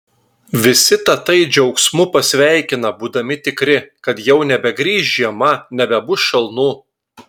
visi tatai džiaugsmu pasveikina būdami tikri kad jau nebegrįš žiema nebebus šalnų